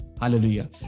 Hallelujah